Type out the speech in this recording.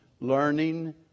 learning